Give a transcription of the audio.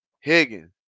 Higgins